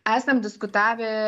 esam diskutavę